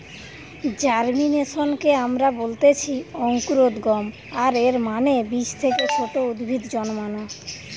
জার্মিনেশনকে আমরা বলতেছি অঙ্কুরোদ্গম, আর এর মানে বীজ থেকে ছোট উদ্ভিদ জন্মানো